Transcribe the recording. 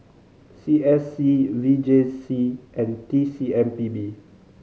C S C V J C and T C M P B